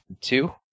two